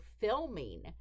filming